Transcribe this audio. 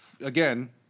Again